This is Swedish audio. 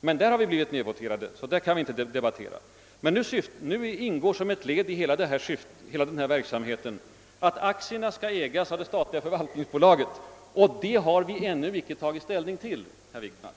men vi har blivit nedvoterade och Investeringsbankens handlande kan vi därför inte längre principiellt kritisera. Men nu bygger Uddcomb på att aktierna skall ägas av det statliga förvaltningsbolaget, och detta har vi inte fått eller kunnat taga ställning till, herr Wickman!